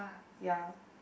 ya